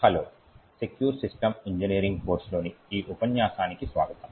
hello secure system engineering కోర్సులోని ఈ ఉపన్యాసానికి స్వాగతం